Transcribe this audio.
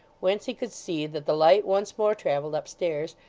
whence he could see that the light once more travelled upstairs,